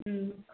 ꯎꯝ